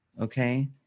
Okay